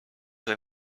were